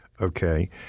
Okay